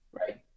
right